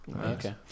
Okay